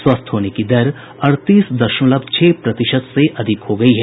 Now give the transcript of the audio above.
स्वस्थ होने की दर अड़तीस दशमलव छह प्रतिशत से अधिक है